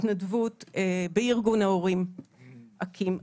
בהתנדבות, בארגון ההורים, אקי"ם.